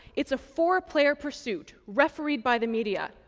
it's a four player pursuit refereed by the media,